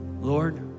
Lord